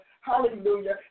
hallelujah